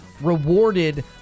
rewarded